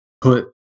put